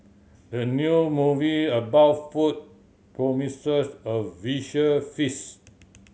the new movie about food promises a visual feast